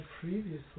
previously